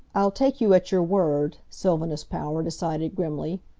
i'll take you at your word, sylvanus power decided grimly.